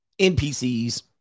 NPCs